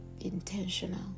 intentional